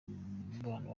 mubano